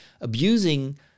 abusing